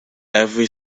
every